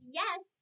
yes